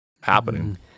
happening